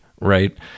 right